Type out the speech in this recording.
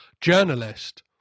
journalist